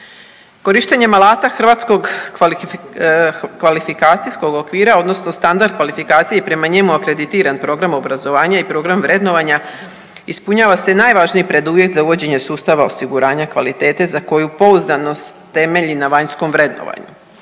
Korištenjem alata Hrvatskog kvalifikacijskog okvira odnosno standard kvalifikacije i prema njemu akreditiran program obrazovanja i program vrednovanja ispunjava se i najvažniji preduvjet za uvođenje sustava osiguranja kvalitete za koju pouzdanost temelji na vanjskom vrednovanju.